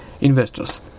investors